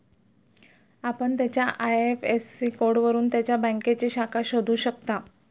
आपण त्याच्या आय.एफ.एस.सी कोडवरून त्याच्या बँकेची शाखा शोधू शकता